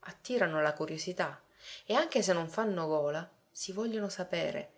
attirano la curiosità e anche se non fanno gola si vogliono sapere